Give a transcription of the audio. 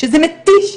שזה מתיש.